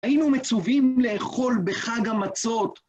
היינו מצווים לאכול בחג המצות.